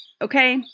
Okay